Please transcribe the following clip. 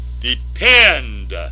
depend